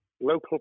local